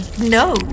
No